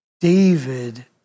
David